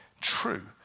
true